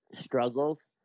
struggles